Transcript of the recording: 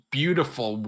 beautiful